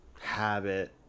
Habit